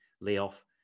layoff